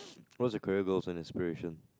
what's your career goals and inspiration